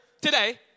today